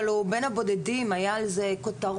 אבל הוא בין הבודדים, היו על זה כותרות.